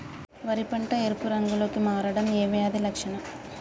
వరి పంట ఎరుపు రంగు లో కి మారడం ఏ వ్యాధి లక్షణం?